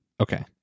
Okay